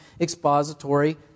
Expository